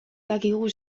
dakigu